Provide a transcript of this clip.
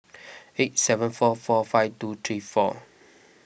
eight seven four four five two three four